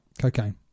cocaine